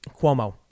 Cuomo